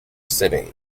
city